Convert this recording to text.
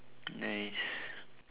nice